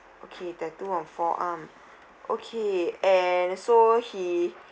okay tattoo on forearm okay and so he